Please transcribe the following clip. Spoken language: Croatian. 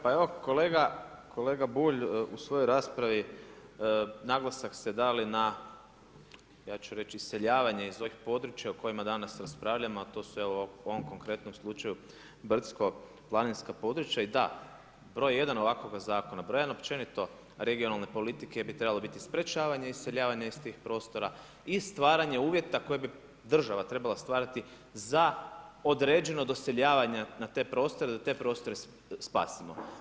Pa evo kolega Bulj, u svojoj raspravi naglasak sete dali na, ja ću reći iseljavanje iz ovih područja o kojima danas raspravljamo a to su evo u ovom konkretnom slučaju brdsko-planinska područja i da, broj 1 ovakvoga zakona, broj 1 općenito regionalne politike bi trebali biti sprječavanje i iseljavanje iz tih prostora i stvaranje uvjeta koji bi država trebala stvarati za određeno doseljavanje na te prostore da te prostore spasimo.